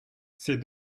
ces